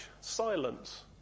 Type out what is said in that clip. Silence